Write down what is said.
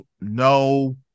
No